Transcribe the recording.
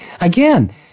Again